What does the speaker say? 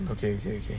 okay okay okay